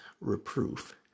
reproof